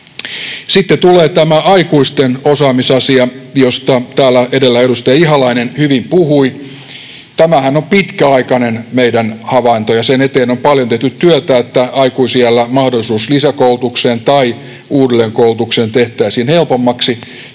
Sitten tulee tämä aikuisten osaamisasia, josta täällä edellä edustaja Ihalainen hyvin puhui. Tämähän on meidän pitkäaikainen havaintomme, ja sen eteen on paljon tehty työtä, että aikuisiällä mahdollisuus lisäkoulutukseen tai uudelleenkoulutukseen tehtäisiin helpommaksi,